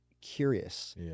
curious